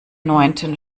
neunten